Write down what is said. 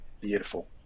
beautiful